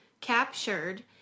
captured